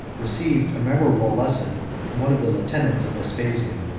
received a memorable lesson from one of the lieutenants of vespasian,